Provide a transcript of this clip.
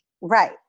Right